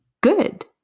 good